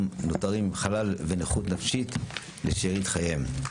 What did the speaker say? נותרים עם חלל ונכות נפשית לשארית חייהם.